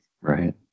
Right